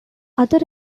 other